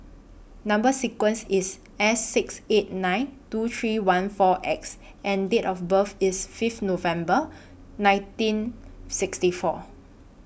Number sequence IS S six eight nine two three one four X and Date of birth IS Fifth November nineteen sixty four